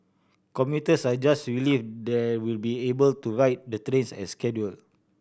commuters are just relieved they will be able to ride the trains as scheduled